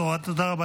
תודה רבה